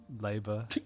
Labor